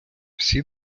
всі